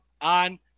on